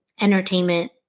entertainment